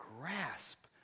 grasp